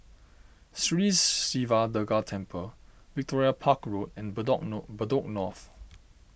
Sri Siva Durga Temple Victoria Park Road and Bedok nor Bedok North